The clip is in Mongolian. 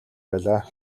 байлаа